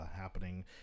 happening